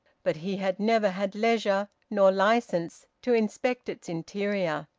but he had never had leisure, nor licence, to inspect its interior.